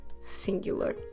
singular